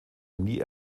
nie